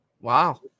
Wow